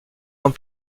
ans